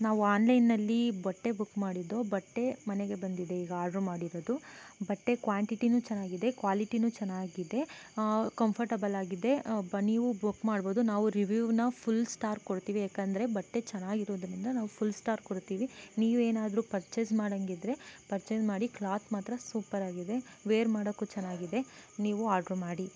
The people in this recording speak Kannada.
ನಾವು ಆನ್ಲೈನಲ್ಲಿ ಬಟ್ಟೆ ಬುಕ್ ಮಾಡಿದ್ದೋ ಬಟ್ಟೆ ಮನೆಗೆ ಬಂದಿದೆ ಈಗ ಆಡ್ರು ಮಾಡಿರೊದು ಬಟ್ಟೆ ಕ್ವಾಂಟಿಟಿಯೂ ಚೆನ್ನಾಗಿದೆ ಕ್ವಾಲಿಟಿಯೂ ಚೆನ್ನಾಗಿದೆ ಕಂಫರ್ಟೆಬಲ್ ಆಗಿದೆ ಬ ನೀವು ಬುಕ್ ಮಾಡ್ಬೌದು ನಾವು ರಿವ್ಯೂವನ್ನು ಫುಲ್ ಸ್ಟಾರ್ ಕೊಡ್ತೀವಿ ಯಾಕಂದರೆ ಬಟ್ಟೆ ಚೆನ್ನಾಗಿರೋದರಿಂದ ನಾವು ಫುಲ್ ಸ್ಟಾರ್ ಕೊಡ್ತೀವಿ ನೀವೇನಾದರೂ ಪರ್ಚೇಸ್ ಮಾಡೋಂಗಿದ್ರೆ ಪರ್ಚೇಸ್ ಮಾಡಿ ಕ್ಲಾತ್ ಮಾತ್ರ ಸೂಪರಾಗಿದೆ ವೇರ್ ಮಾಡೋಕ್ಕು ಚೆನ್ನಾಗಿದೆ ನೀವೂ ಆರ್ಡ್ರು ಮಾಡಿ